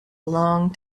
long